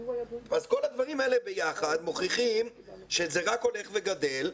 אז כל הדברים האלה ביחד מוכיחים שזה רק הולך וגדל.